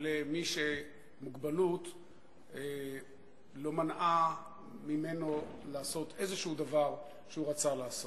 למי שמוגבלות לא מנעה ממנו לעשות איזה דבר שהוא רצה לעשות,